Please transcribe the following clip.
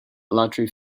lottery